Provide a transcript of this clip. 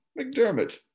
McDermott